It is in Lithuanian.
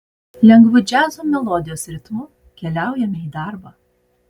lengvu džiazo melodijos ritmu keliaujame į darbą